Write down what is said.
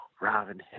Robin